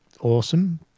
awesome